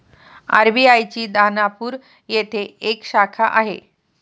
RBI ची दानापूर येथे एक शाखा आहे